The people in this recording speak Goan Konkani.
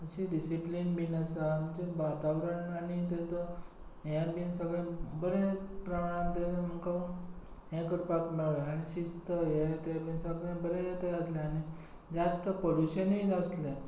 अशी डिसीप्लीन बी आसा म्हणजे वातावरण आनी थंयसर हे बी सगलें बरे प्रमाणान थंय आमकां हें करपाक मेळ्ळें आनी शिस्त हें तें बी सगळें बरें थंय आसलें आनी जास्त पोलुशनूय नासलें